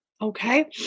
okay